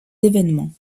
événements